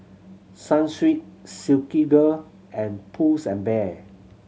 Sunsweet Silkygirl and Pulls and Bear